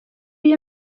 iyo